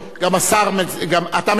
גם השר, אתה משיב.